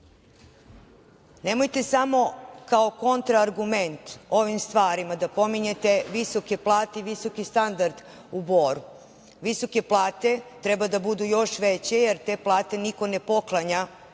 deca. Nemojte samo kao kontraargument ovim stvarima da pominjete visoke plate i visoki standard u Boru. Visoke plate treba da budu još veće jer te plate niko ne poklanja